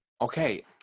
Okay